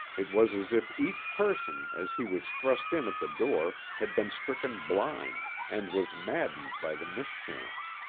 it was as if each person as he was thrust in at the door had been stricken blind, and was maddened by the mischance.